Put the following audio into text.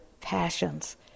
passions